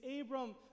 Abram